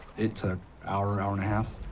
it took hour, hour and a half,